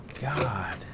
god